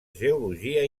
geologia